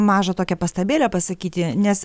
mažą tokią pastabėlę pasakyti nes